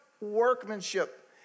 workmanship